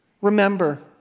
Remember